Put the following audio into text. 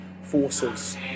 forces